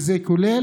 זה כולל,